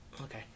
Okay